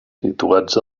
situats